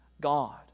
God